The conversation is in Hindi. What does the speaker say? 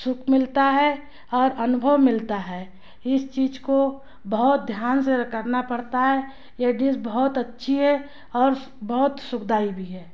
सुख मिलता है और अनुभव मिलता है इस चीज़ को बहोत ध्यान से करना पड़ता है यह डिस बहुत अच्छी है और बहुत सुख दाई भी है